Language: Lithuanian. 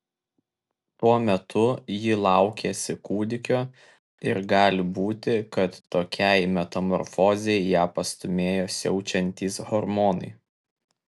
tuo metu ji laukėsi kūdikio ir gali būti kad tokiai metamorfozei ją pastūmėjo siaučiantys hormonai